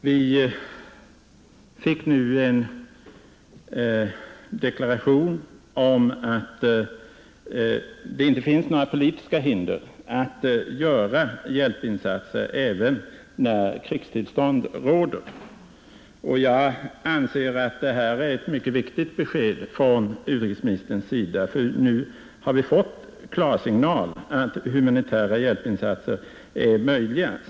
Vi fick nu en deklaration om att det inte finns några politiska hinder att göra hjälpinsatser även när krigstillstånd råder, och jag anser att det är ett mycket viktigt besked från utrikesministern. Därmed har vi ju nu fått klarsignal för att omedelbara humanitära hjälpinsatser i dag är möjliga.